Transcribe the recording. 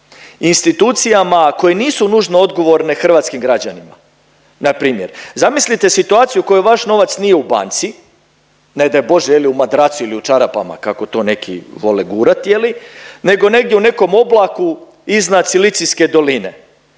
institucijama koje nisu nužno odgovorne hrvatskim građanima. Npr. zamislite situaciju u kojoj vaš novac nije u banci, ne daj Bože je li u madracu ili u čarapama kako to neki vole gurat je li nego negdje u nekom oblaku iznad Silicijske doline